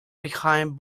behind